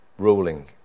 ruling